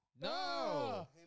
No